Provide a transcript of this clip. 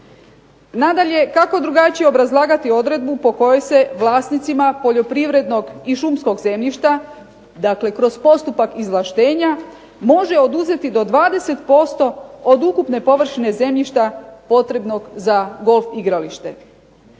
Nadalje, kako drugačije obrazlagati odredbu po kojoj se vlasnicima poljoprivrednog i šumskog zemljišta, dakle kroz postupak izvlaštenja može oduzeti do 20% od ukupne površine zemljišta potrebnog za golf igralište.